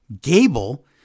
Gable